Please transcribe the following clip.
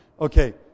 Okay